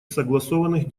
согласованных